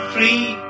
Free